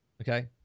okay